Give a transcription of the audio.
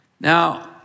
Now